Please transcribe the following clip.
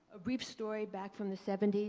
we've story back from the seventy